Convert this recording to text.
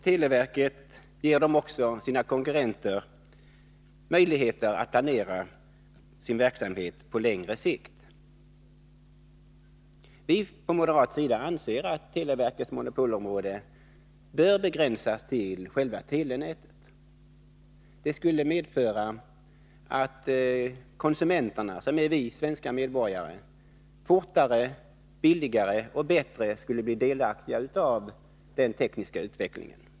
Televerket ger därigenom också sina konkurrenter möjligheter att planera sin verksamhet på längre sikt. Vi på moderat sida anser att televerkets monopolområde bör begränsas till själva telenätet. Det skulle medföra att konsumenterna fortare, billigare och bättre skulle bli delaktiga av den tekniska utvecklingen.